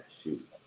shoot